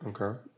Okay